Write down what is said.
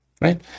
right